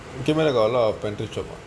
bukit merah got a lot rental shops